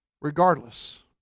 regardless